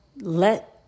let